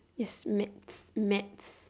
yes maths maths